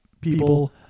people